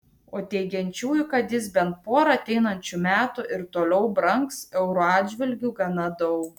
o teigiančiųjų kad jis bent porą ateinančių metų ir toliau brangs euro atžvilgiu gana daug